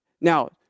Now